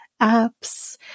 apps